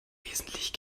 wesentlich